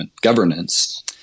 governance